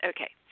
Okay